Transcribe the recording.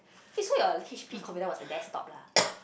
eh so you H_P computer was a desktop lah